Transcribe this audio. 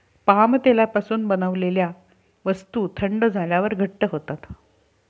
palm तेलापासून बनवलेल्या वस्तू थंड झाल्यावर घट्ट होतात